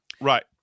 Right